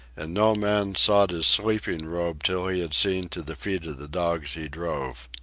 and no man sought his sleeping-robe till he had seen to the feet of the dogs he drove.